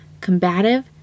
combative